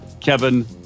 Kevin